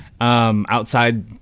outside